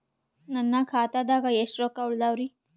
ನನ್ನ ಖಾತಾದಾಗ ಎಷ್ಟ ರೊಕ್ಕ ಉಳದಾವರಿ?